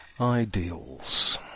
Ideals